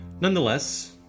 Nonetheless